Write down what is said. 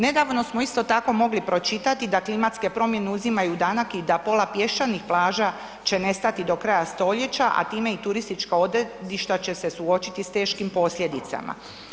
Nedavno smo isto tako mogli pročitati da klimatske promjene uzimaju danak i da pola pješčanih plaža će nestati do kraja stoljeća, a time i turistička odredišta će se suočiti s teškim posljedicama.